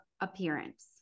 appearance